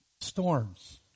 storms